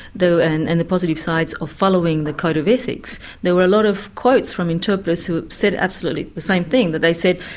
and and the positive sides of following the code of ethics, there were a lot of quotes from interpreters who said absolutely the same thing that they said,